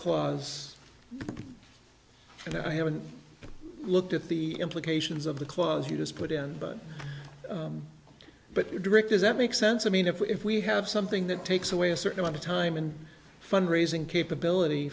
clause and i haven't looked at the implications of the clause you just put in but but direct does that make sense i mean if we have something that takes away a certain amount of time and fund raising capability